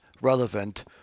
relevant